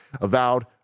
avowed